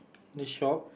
the shop